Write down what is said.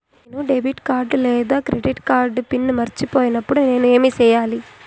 నేను debit card లేదా credit card PIN మర్చిపోయినప్పుడు నేను ఏమి సెయ్యాలి?